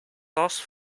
sauce